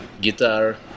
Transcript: guitar